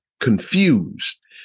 confused